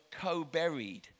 co-buried